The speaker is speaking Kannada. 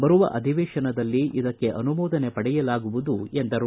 ಬರುವ ಅಧಿವೇಶನದಲ್ಲಿ ಇದಕ್ಕೆ ಅನುಮೋದನೆ ಪಡೆಯಲಾಗುವುದು ಎಂದರು